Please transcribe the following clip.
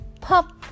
pop